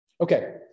Okay